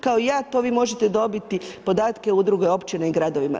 Kao i ja to vi možete dobiti podatke u drugoj općini i gradovima.